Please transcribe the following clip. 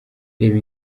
reba